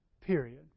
period